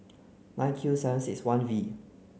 nine Q seven six one V